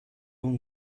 اون